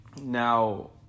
Now